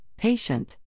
Patient